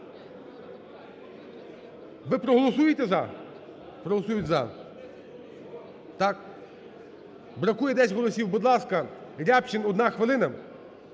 Ви проголосуєте "за"? Проголосують "за". Бракує 10 голосів. Будь ласка, Рябчин, одна хвилина,